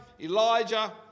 Elijah